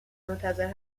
منتظر